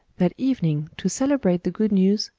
that evening, to celebrate the good news,